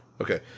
Okay